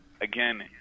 again